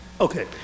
Okay